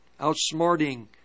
outsmarting